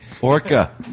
Orca